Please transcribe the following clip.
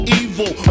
evil